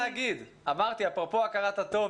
אמרתי אפרופו הכרת הטוב,